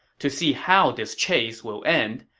to see how this chase will end,